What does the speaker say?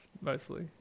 mostly